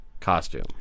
costume